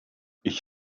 ich